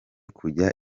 kujya